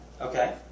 Okay